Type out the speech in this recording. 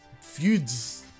feuds